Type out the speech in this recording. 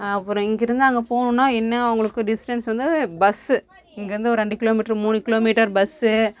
அப்புறம் இங்கிருந்து அங்கே போகணுன்னா என்ன அவங்களுக்கு டிஸ்டன்ஸ் வந்து பஸ்ஸு இங்கிருந்து ஒரு ரெண்டு கிலோ மீட்டரு மூணு கிலோமீட்டர் பஸ்ஸு